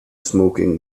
smoking